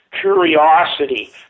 curiosity